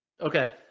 Okay